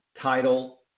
title